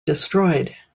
destroyed